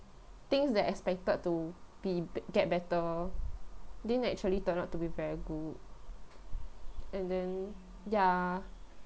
things that expected to be b~ get better didn't actually turn out to be very good and then ya